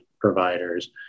providers